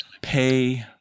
pay